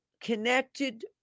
connected